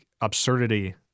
absurdity